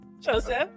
Joseph